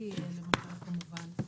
טופורובסקי כמובן,